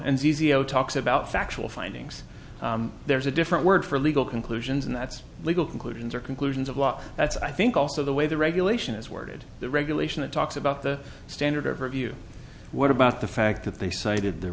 o talks about factual findings there's a different word for legal conclusions and that's legal conclusions or conclusions of law that's i think also the way the regulation is worded the regulation that talks about the standard of review what about the fact that they cited the